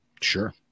sure